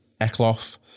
Eckloff